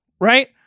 right